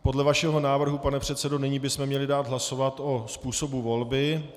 Podle vašeho návrhu, pane předsedo, nyní bychom měli dát hlasovat o způsobu volby.